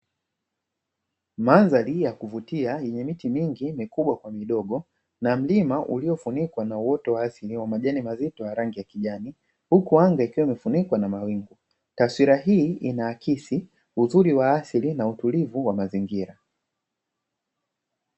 Mandhari ya kuvutia yenye miti mingi mikubwa kwa midogo na mlima uliofunikwa na woto wa asili wa majani mazito ya rangi ya kijani, huku anga ikiwa imefunikwa na mawingu taswira hii inaakisi uzuri wa asili na utulivu wa mazingira.